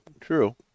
true